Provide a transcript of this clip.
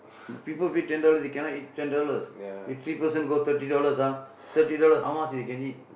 if people pay ten dollars they cannot eat ten dollars if three person go thirty dollars ah thirty dollars how much they can eat